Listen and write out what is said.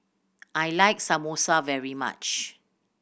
I like Samosa very much